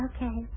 Okay